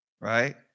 right